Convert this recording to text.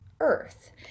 Earth